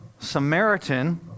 Samaritan